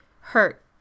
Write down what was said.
hurt